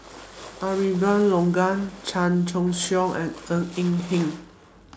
Abraham Logan Chan Choy Siong and Ng Eng Hen